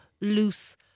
loose